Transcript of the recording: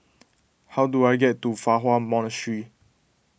how do I get to Fa Hua Monastery